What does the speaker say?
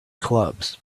clubs